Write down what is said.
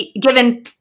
given